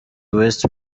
west